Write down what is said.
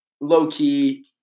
low-key –